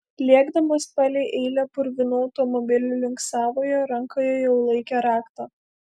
lėkdamas palei eilę purvinų automobilių link savojo rankoje jau laikė raktą